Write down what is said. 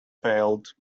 failed